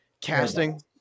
casting